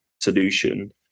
solution